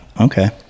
Okay